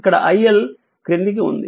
ఇక్కడ iL క్రిందికి ఉంది